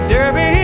Derby